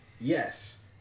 Yes